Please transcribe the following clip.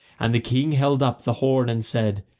and the king held up the horn and said,